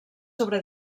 sobre